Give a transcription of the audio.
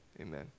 amen